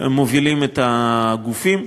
ומובילים את הגופים.